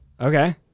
okay